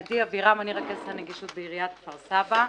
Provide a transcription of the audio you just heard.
אני רכזת הנגישות בעיריית כפר סבא.